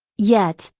yet,